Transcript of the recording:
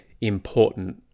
Important